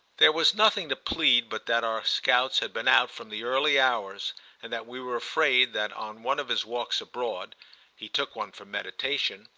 there was nothing to plead but that our scouts had been out from the early hours and that we were afraid that on one of his walks abroad he took one, for meditation,